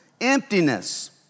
emptiness